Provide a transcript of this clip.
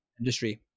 industry